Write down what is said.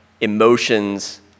emotions